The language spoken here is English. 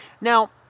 Now